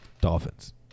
Dolphins